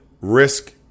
risk